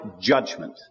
judgment